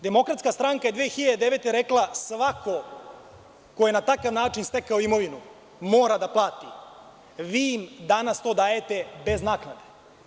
Demokratska stranka je 2009. godine rekla svako ko je na takav način stekao imovinu mora da plati, vi im to danas dajete bez naknade.